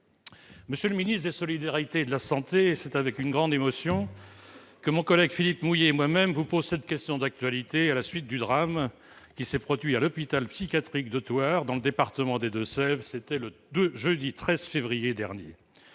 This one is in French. Monsieur le ministre des solidarités et de la santé, c'est avec une grande émotion que mon collègue Philippe Mouiller et moi-même vous posons cette question d'actualité, à la suite du drame qui s'est produit à l'hôpital psychiatrique de Thouars, dans le département des Deux-Sèvres, le jeudi 13 février dernier.